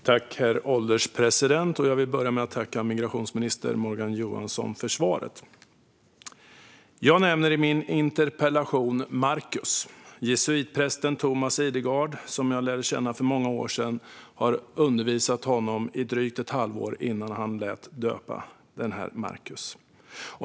Herr ålderspresident! Jag vill börja med att tacka migrationsminister Morgan Johansson för svaret. I min interpellation nämner jag Markus. Jesuitprästen Thomas Idergard, som jag lärde känna för många år sedan, hade undervisat Markus i drygt ett halvår innan han döpte honom.